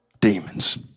Demons